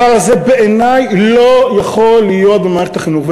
בעיני הדבר הזה לא יכול להיות במערכת החינוך.